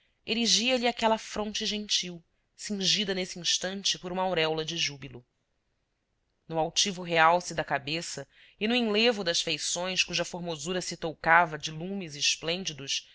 sorriso erigia lhe aquela fronte gentil cingida nesse instante por uma auréola de júbilo no altivo realce da cabeça e no enlevo das feições cuja formosura se toucava de lumes esplêndidos